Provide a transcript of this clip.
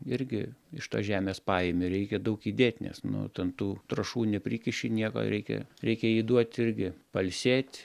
irgi iš tos žemės paimi reikia daug įdėt nes nu ten tų trąšų neprikiši nieko reikia reikia jai duot irgi pailsėt